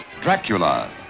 Dracula